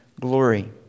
glory